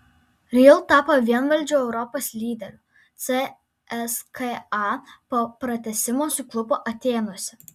real tapo vienvaldžiu eurolygos lyderiu cska po pratęsimo suklupo atėnuose